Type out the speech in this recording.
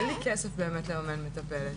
אין לי כסף באמת לממן מטפלת.